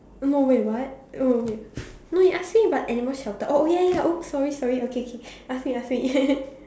no wait what wait no you ask him about animal shelter oh ya ya sorry sorry okay okay last week last week